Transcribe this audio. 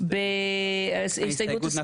ההסתייגות לא